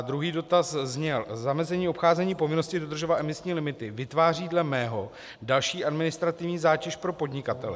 Druhý dotaz zněl: Zamezení povinnosti dodržovat emisní limity vytváří dle mého další administrativní zátěž pro podnikatele.